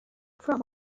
from